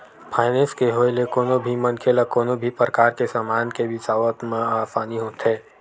finance के होय ले कोनो भी मनखे ल कोनो भी परकार के समान के बिसावत म आसानी होथे